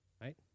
right